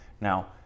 Now